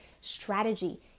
strategy